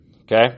Okay